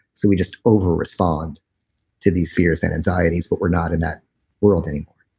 so we just over respond to these fears and anxieties, but we're not in that world anymore